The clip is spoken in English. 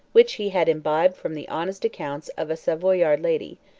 which he had imbibed from the honest accounts of a savoyard lady,